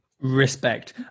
Respect